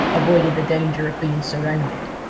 avoided the danger of being surrounded.